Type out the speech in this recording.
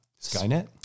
Skynet